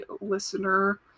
listener